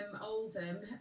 Oldham